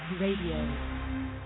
Radio